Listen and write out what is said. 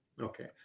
Okay